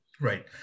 Right